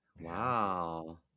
Wow